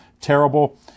terrible